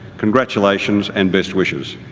congratulations and best wishes.